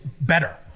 better